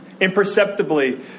imperceptibly